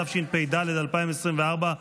התשפ"ד 2024,